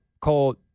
called